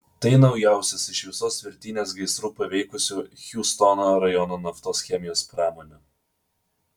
tai naujausias iš visos virtinės gaisrų paveikusių hjustono rajono naftos chemijos pramonę